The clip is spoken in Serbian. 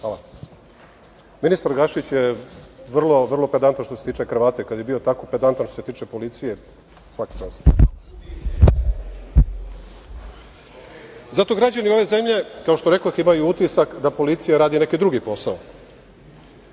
Hvala. Ministar Gašić je vrlo pedantan što se tiče kravate. Kad je bio tako pedantan što se tiče policije, svaka čast. Zato građani ove zemlje, kao što rekoh, imaju utisak da policija radi neki drugi posao,